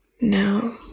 No